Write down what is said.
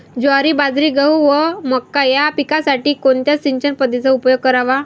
ज्वारी, बाजरी, गहू व मका या पिकांसाठी कोणत्या सिंचन पद्धतीचा उपयोग करावा?